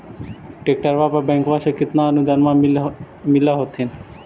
ट्रैक्टरबा पर बैंकबा से कितना अनुदन्मा मिल होत्थिन?